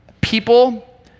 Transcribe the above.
People